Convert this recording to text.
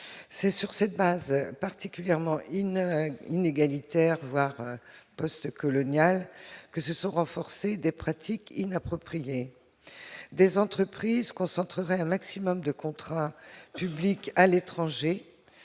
C'est sur cette base particulièrement inégalitaire, voire postcoloniale, que se sont renforcées des pratiques inappropriées. Des entreprises accumuleraient un maximum de contrats publics à l'étranger,